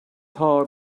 heart